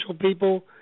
people